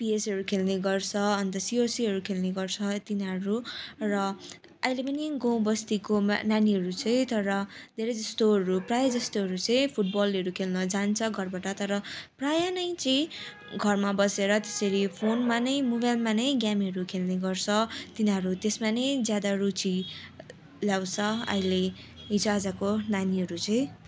पिएसहरू खेल्ने गर्छ अन्त सिओसीहरू खेल्ने गर्छ तिनीहरू र अहिले पनि गाउँ बस्तीको नानीहरू चाहिँ तर धेरै जस्तोहरू प्रायः जस्तोहरू चाहिँ फुटबलहरू खेल्न जान्छ घरबाट तर प्रायः नै चाहिँ घरमा बसेर त्यसरी फोनमा नै मोबाइलमा नै गेमहरू खेल्ने गर्छ तिनीहरू त्यसमा नै ज्यादा रुचि लाउँछ अहिले हिजोआजको नानीहरू चाहिँ